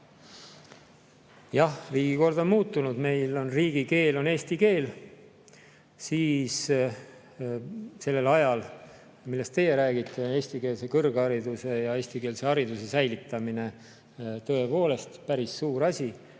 Jah, riigikord on muutunud. Meie riigikeel on eesti keel. Sellel ajal, millest teie räägite, oli eestikeelse kõrghariduse ja eestikeelse hariduse säilitamine, tõepoolest, päris suur asi.